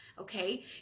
okay